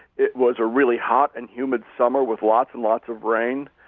it was a really hot and humid summer with lots and lots of rain.